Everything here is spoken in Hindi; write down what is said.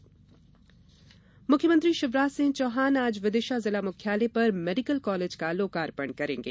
मेडीकल कॉलेज मुख्यमंत्री शिवराज सिंह चौहान आज विदिशा जिला मुख्यालय पर मेडीकल कॉलेज का लोकार्पण करेंगे